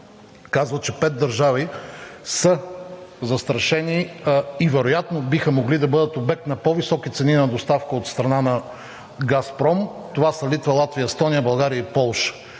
казва, че пет държави са застрашени и вероятно биха могли да бъдат обект на по-високи цени на доставка от страна на „Газпром“. Това са Литва, Латвия, Естония, България и Полша.